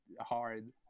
hard